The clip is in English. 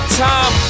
time